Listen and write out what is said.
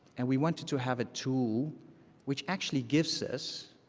and we wanted to have a tool which actually gives us